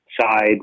side